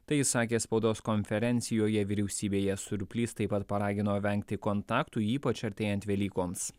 tai jis sakė spaudos konferencijoje vyriausybėje surplys taip pat paragino vengti kontaktų ypač artėjant velykoms